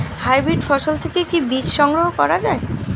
Hybrid ফসল থেকে কি বীজ সংগ্রহ করা য়ায়?